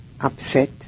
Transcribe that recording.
upset